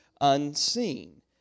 unseen